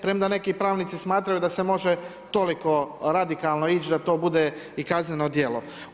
Premda neki pravnici smatraju da se može toliko radikalno ići da to bude kazneno djelo.